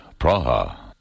Praha